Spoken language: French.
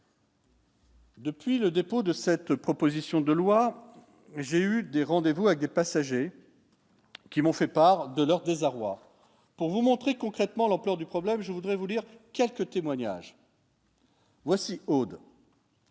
Depuis le dépôt de cette proposition de loi, j'ai eu des rendez-vous avec des passagers. Qui m'ont fait part de leur désarroi pour vous montrer concrètement l'ampleur du problème je voudrais vous dire quelques témoignages. Voici Aude.